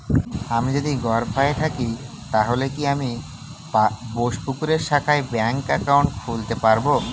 আমি যদি গরফায়ে থাকি তাহলে কি আমি বোসপুকুরের শাখায় ব্যঙ্ক একাউন্ট খুলতে পারবো?